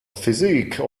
physique